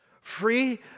Free